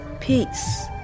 peace